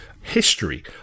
history